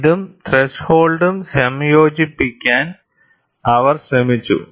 ഇതും ത്രെഷോൾഡും സംയോജിപ്പിക്കാൻ അവർ ശ്രമിച്ചു